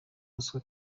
ruswa